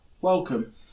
Welcome